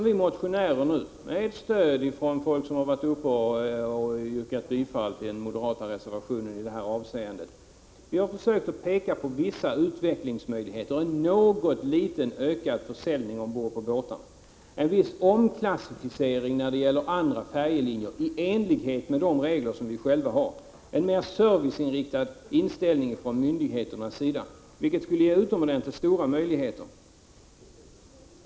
Vi motionärer har, med stöd från dem som varit uppe och yrkat bifall till den moderata reservationen i detta avseende, försökt påpeka vissa utvecklingsmöjligheter för en ökning av försäljningen ombord på båtarna, en viss omklassificering när det gäller andra färjelinjer i enlighet med de regler som vi själva har, en mera serviceinriktad inställning från myndigheternas sida, vilket skulle ge utomordentligt stora möjligheter.